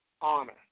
honor